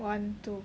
one two